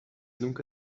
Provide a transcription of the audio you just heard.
nunca